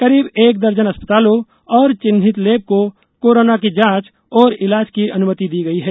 करीब एक दर्जन अस्पतालों और चिन्हित लैब को कोरोना की जांच और ईलाज की अनुमति दी गई है